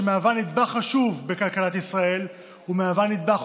שמהווה נדבך חשוב בכלכלת ישראל ומהווה נדבך